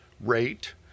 rate